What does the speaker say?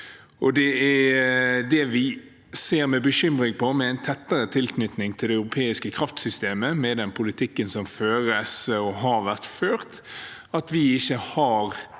EU. Vi ser med bekymring på en tettere tilknytning til det europeiske kraftsystemet med den politikken som føres, og har vært ført – at vi ikke har